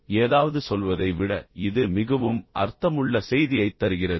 எனவே ஏதாவது சொல்வதை விட இது மிகவும் அர்த்தமுள்ள செய்தியைத் தருகிறது